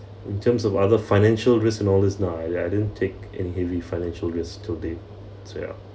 in terms of other financial risks and all this nah I I didn't take in heavy financial risk till date so ya